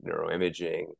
neuroimaging